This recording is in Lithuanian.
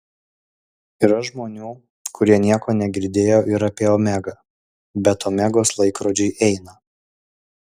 yra žmonių kurie nieko negirdėjo ir apie omegą bet omegos laikrodžiai eina